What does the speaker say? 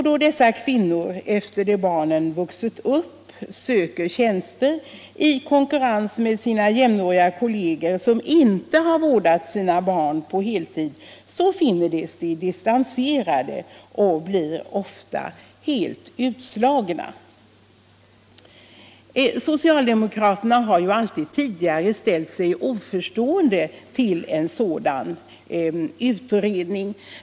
Då dessa kvinnor, efter det att barnen vuxil upp, söker tjänst i konkurrens med sina jämnåriga kolleger, som inte vårdat sina barn på heltid, finner de sig distanserade och blir ofta helt utslagna. - Socialdemokraterna har alltid tidigare ställt sig oförstående till en sådan utredning.